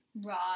Right